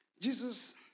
Jesus